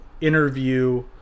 interview